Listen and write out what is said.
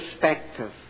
perspective